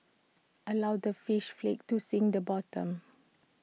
allow the fish flakes to sink the bottom